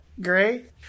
great